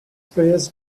players